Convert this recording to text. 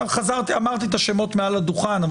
אמרתי את השמות מעל הדוכן,